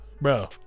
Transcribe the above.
bro